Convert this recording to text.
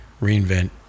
reinvent